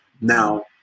Now